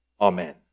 Amen